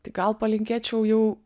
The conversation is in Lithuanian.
tai gal palinkėčiau jau